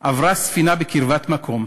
עברה ספינה בקרבת מקום,